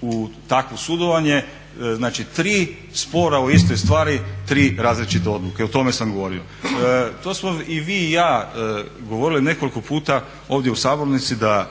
u takvo sudovanje, znači tri spora o istoj stvari i tri različite odluke. O tome sam govorio. To smo i vi i ja govorili nekoliko puta ovdje u sabornici da